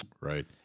Right